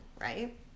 right